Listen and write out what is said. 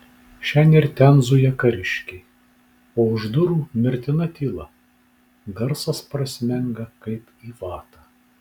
šen ir ten zuja kariškiai o už durų mirtina tyla garsas prasmenga kaip į vatą